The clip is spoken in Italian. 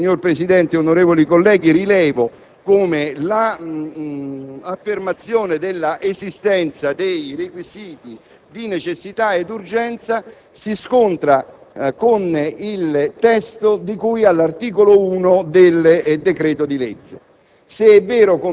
Infine, signor Presidente, onorevoli colleghi, rilevo come l'affermazione dell'esistenza dei requisiti di necessità e urgenza si scontri con il testo di cui all'articolo 1 del decreto-legge,